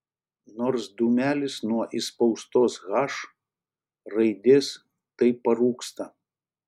nors dūmelis nuo įspaustos h raidės tai parūksta